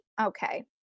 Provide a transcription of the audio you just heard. Okay